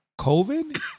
COVID